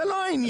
זה לא העניין?